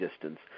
distance